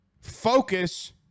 Focus